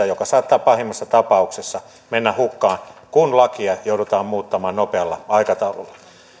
joka saattaa pahimmassa tapauksessa mennä hukkaan kun lakia joudutaan muuttamaan nopealla aikataululla